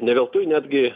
ne veltui netgi